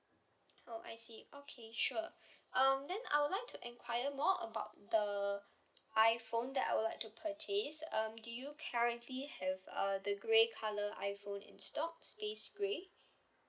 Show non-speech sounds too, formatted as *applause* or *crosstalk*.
oh I see okay sure *breath* um then I would like to enquire more about the iphone that I would like to purchase um do you currently have uh the grey colour iphone in stock space grey